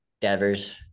Devers